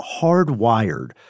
hardwired